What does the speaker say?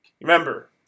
remember